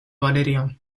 valeria